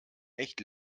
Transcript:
echt